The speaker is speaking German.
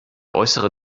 äußere